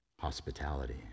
hospitality